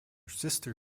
sister